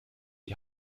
die